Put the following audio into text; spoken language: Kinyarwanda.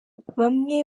bamwe